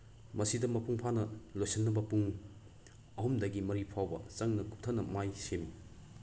ꯃꯁꯤꯗ ꯃꯄꯨꯡ ꯐꯥꯅ ꯂꯣꯏꯁꯤꯟꯅꯕ ꯄꯨꯡ ꯑꯍꯨꯝꯗꯒꯤ ꯃꯔꯤ ꯐꯥꯎꯕ ꯆꯪꯅ ꯀꯨꯞꯊꯅ ꯃꯥꯏ ꯁꯦꯝꯃꯨ